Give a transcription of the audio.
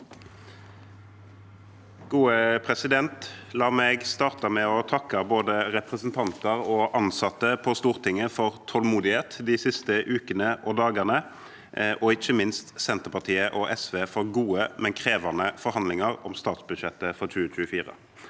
leder): La meg starte med å takke både representanter og ansatte på Stortinget for tålmodighet de siste ukene og dagene, og ikke minst Senterpartiet og SV for gode, men krevende forhandlinger om statsbudsjettet for 2024.